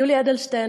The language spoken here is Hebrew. יולי אדלשטיין,